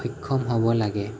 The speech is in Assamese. সক্ষম হ'ব লাগে